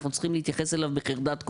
אנחנו צריכים להתייחס אליו בחרדת קודש,